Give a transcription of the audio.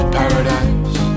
paradise